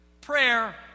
prayer